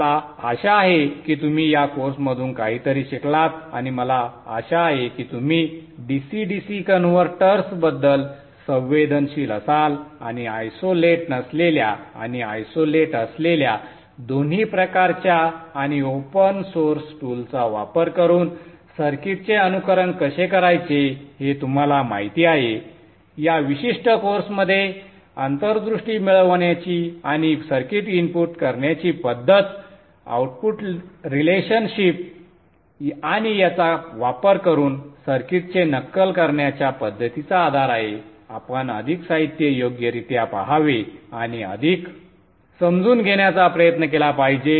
मला आशा आहे की तुम्ही या कोर्समधून काहीतरी शिकलात आणि मला आशा आहे की तुम्ही DC DC कन्व्हर्टर्सबद्दल संवेदनशील असाल आणि आयसोलेट नसलेल्या आणि आयसोलेट असलेल्या दोन्ही प्रकारच्या आणि ओपन सोर्स टूल्सचा वापर करून सर्किटचे अनुकरण कसे करायचे हे तुम्हाला माहिती आहे या विशिष्ट कोर्समध्ये अंतर्दृष्टी मिळवण्याची आणि सर्किट इनपुट करण्याची पद्धत आउटपुट रिलेशनशिप आणि याचा वापर करून सर्किटचे नक्कल करण्याच्या पद्धतीचा आधार आहे आपण अधिक साहित्य योग्यरित्या पहावे आणि अधिक समजून घेण्याचा प्रयत्न केला पाहिजे